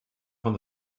van